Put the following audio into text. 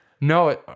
No